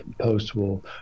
post-war